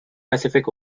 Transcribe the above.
pacific